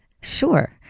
Sure